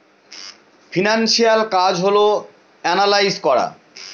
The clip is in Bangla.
ফিনান্সিয়াল কাজ হল এনালাইজ করা